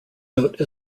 note